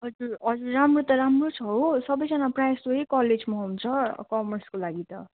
हजुर हजुर राम्रो त राम्रो छ हो सबैजना प्रायः जस्तो यही कलेजमा आउँछ कमर्सको लागि त